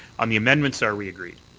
on the amendments are we agreed?